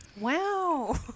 Wow